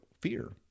fear